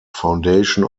foundation